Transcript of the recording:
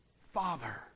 Father